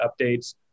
updates